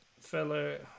fellow